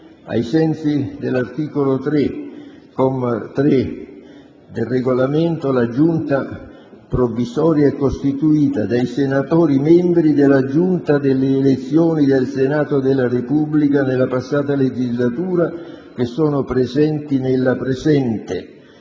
Ai sensi dell'articolo 3, comma 3, del Regolamento, la Giunta provvisoria è costituita dai senatori membri della Giunta delle elezioni del Senato della Repubblica della precedente legislatura che sono presenti nella seduta,